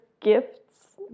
gifts